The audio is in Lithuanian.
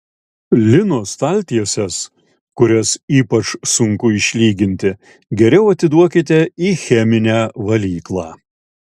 lino staltieses kurias ypač sunku išlyginti geriau atiduokite į cheminę valyklą